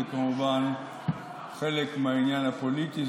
זה כמובן חלק מהעניין הפוליטי,